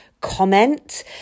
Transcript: comment